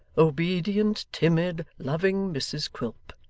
obedient, timid, loving mrs quilp.